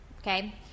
Okay